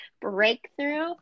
breakthrough